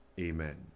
amen